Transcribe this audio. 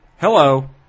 Hello